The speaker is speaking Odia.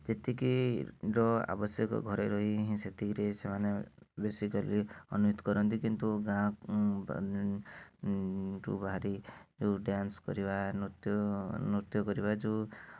ଯେତିକିର ଆବଶ୍ୟକ ଘରେ ରହି ହିଁ ସେତିକିରେ ସେମାନେ ବେସିକାଲି ଅନୁରୋଧ କରନ୍ତି କିନ୍ତୁ ଗାଁ ଗାଁରୁ ବାହାରି ଯେଉଁ ଡାନ୍ସ କରିବା ନୃତ୍ୟ ନୃତ୍ୟ କରିବା ଯେଉଁ